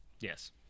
Yes